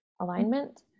alignment